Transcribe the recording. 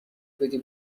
بدی